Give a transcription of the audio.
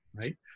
right